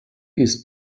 ist